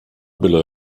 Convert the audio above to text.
byle